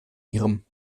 ihrem